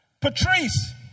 Patrice